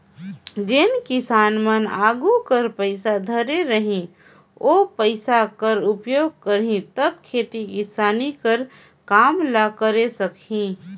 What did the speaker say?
जेन किसान मन आघु कर पइसा धरे रही ओ पइसा कर उपयोग करही तब खेती किसानी कर काम ल करे सकही